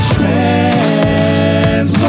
Trans